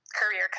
career